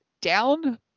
down